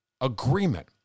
agreement